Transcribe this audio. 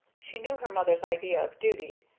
she knew her mother's idea of duty,